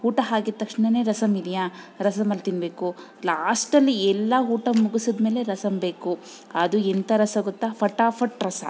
ಊಟ ಹಾಕಿದ ತಕ್ಷಣನೇ ರಸಮ್ ಇದೆಯಾ ರಸಮಲ್ಲಿ ತಿನ್ನಬೇಕು ಲಾಸ್ಟಲ್ಲಿ ಎಲ್ಲ ಊಟ ಮುಗಿಸಿದ್ಮೇಲೆ ರಸಮ್ ಬೇಕು ಅದು ಎಂಥ ರಸ ಗೊತ್ತಾ ಫಟಾಫಟ್ ರಸ